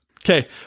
Okay